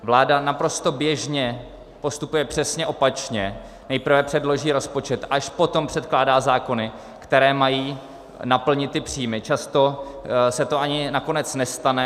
Vláda naprosto běžně postupuje přesně opačně nejprve předloží rozpočet, až potom předkládá zákony, které mají naplnit ty příjmy, často se to ani nakonec nestane.